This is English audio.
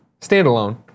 standalone